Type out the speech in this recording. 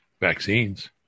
vaccines